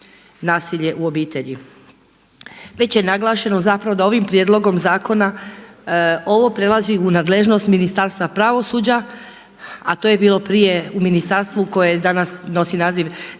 nasilje u obitelji. Već je naglašeno da ovim prijedlogom zakona ovo prelazi u nadležnost Ministarstva pravosuđa, a to je bilo prije u ministarstvu koje danas nosi naziv za